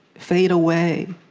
fade away.